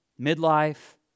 midlife